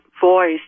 voice